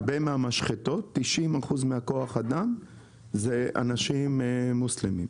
הרבה מהמשחטות, 90% מכוח האדם זה אנשים מוסלמים.